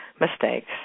mistakes